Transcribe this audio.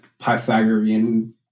Pythagorean